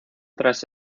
tras